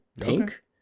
pink